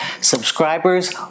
Subscribers